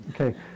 Okay